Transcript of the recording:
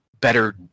better